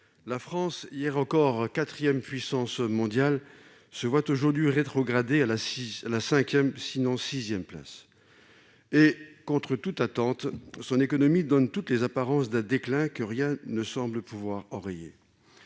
la France, hier encore quatrième puissance mondiale, se voit désormais rétrogradée à la sixième place ! Contre toute attente, son économie donne toutes les apparences d'un déclin que rien ne semble pouvoir enrayer.